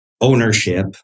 ownership